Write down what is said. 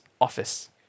office